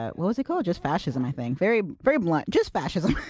ah what was it called? just fascism, i think. very very blunt. just fascism.